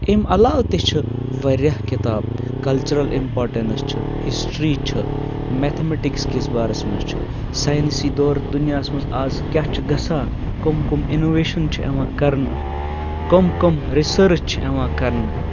امہِ علاوٕ تہِ چھِ واریاہ کِتابہٕ کَلچرَل اِمپاٹَنٕس چھِ ہِسٹِرٛی چھِ میتھَمیٹِکس کِس بارَس منٛز چھُ ساینسی دور دُنیاہَس منٛز اَز کیٛاہ چھِ گژھان کٕم کٕم اِنویشَن چھِ یِوان کَرنہٕ کٕم کٕم رِسٔرٕچ چھِ یِوان کَرنہٕ